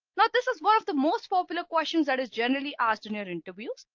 but this is one of the most popular questions that is generally asked in your interviews.